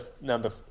number